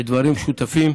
בדברים משותפים.